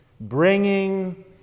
Bringing